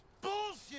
bullshit